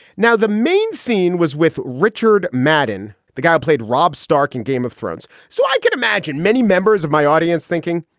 now, the main scene was with richard maddin. the guy played rob stark in game of thrones so i can imagine many members of my audience thinking,